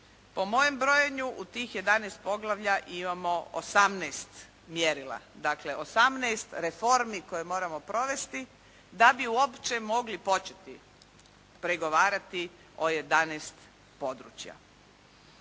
Po mojem brojenju u tih 11 poglavlja imamo 18 mjerila. Dakle, 18 reformi koje moramo provesti da bi uopće mogli početi pregovarati o 11 područja.